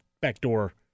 backdoor